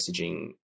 messaging